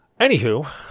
Anywho